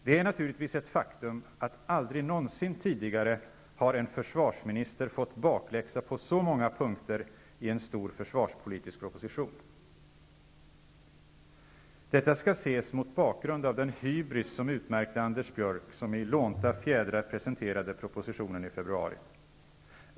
Det är naturligtvis ett faktum att en försvarsminister aldrig någonsin tidigare har fått bakläxa på så många punkter i en stor försvarspolitisk proposition. Detta skall ses mot bakgrund av den hybris som utmärkte den Anders Björck som i lånta fjädrar presenterade propositionen i februari.